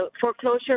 foreclosure